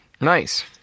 nice